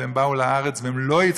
והם באו לארץ והם לא הצליחו,